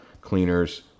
Cleaners